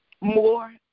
More